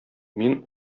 мин